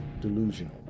delusional